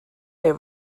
their